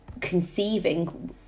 conceiving